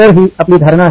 तर ही आपली धारणा आहे